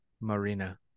Marina